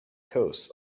coasts